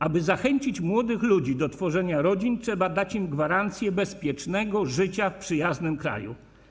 Aby zachęcić młodych ludzi do tworzenia rodzin, trzeba dać im gwarancję bezpiecznego życia w przyjaznym kraju.